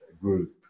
group